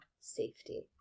safety